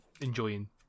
enjoying